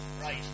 right